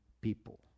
people